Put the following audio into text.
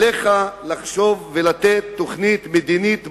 שעליך לחשוב ולתת תוכנית מדינית ברורה,